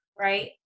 Right